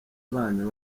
banyu